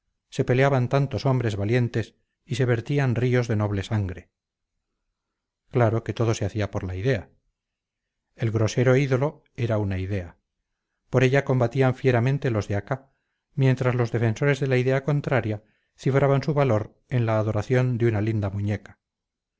se peleaban tantos hombres valientes y se vertían ríos de noble sangre claro que todo se hacía por la idea el grosero ídolo era una idea por ella combatían fieramente los de acá mientras los defensores de la idea contraria cifraban su valor en la adoración de una linda muñeca